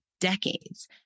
decades